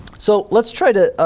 so let's try to